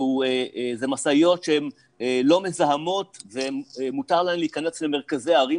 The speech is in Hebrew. זה משאיות שהן לא מזהמות ומותר לה להיכנס למרכזי הערים,